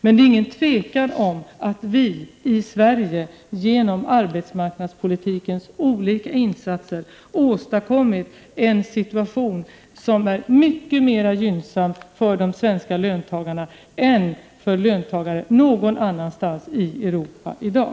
Men det är ingen tvekan om att vi i Sverige genom arbetsmarknadspolitikens olika insatser har åstadkommit en situation som är mycket mer gynnsam för de svenska löntagarna än för löntagare någon annanstans i Europa i dag.